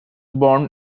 born